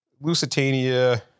Lusitania